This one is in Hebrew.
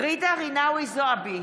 ג'ידא רינאוי זועבי,